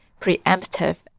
preemptive